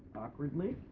awkwardly.